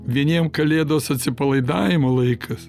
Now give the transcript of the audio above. vieniem kalėdos atsipalaidavimo laikas